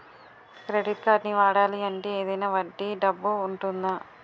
Credit కార్డ్ని వాడాలి అంటే ఏదైనా వడ్డీ డబ్బు ఉంటుందా?